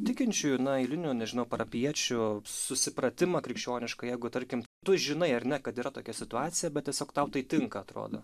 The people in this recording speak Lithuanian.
tikinčiųjų na eilinių nežinau parapijiečių susipratimą krikščioniškai jeigu tarkim tu žinai ar ne kad yra tokia situacija bet tiesiog tau tai tinka atrodo